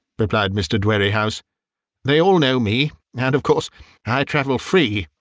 replied mr. dwerrihouse they all know me, and of course i travel free.